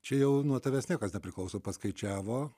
čia jau nuo tavęs niekas nepriklauso paskaičiavo